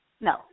No